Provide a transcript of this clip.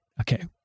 Okay